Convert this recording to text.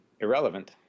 irrelevant